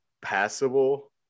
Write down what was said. passable